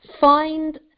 Find